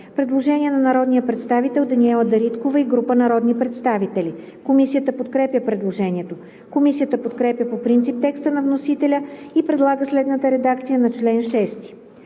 Предложение на народния представител Даниела Анастасова Дариткова-Проданова и група народни представители. Комисията подкрепя предложението. Комисията подкрепя по принцип текста на вносителя и предлага следната редакция на чл. 6: